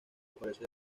aparecer